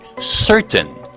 certain